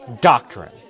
doctrine